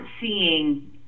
seeing